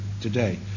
today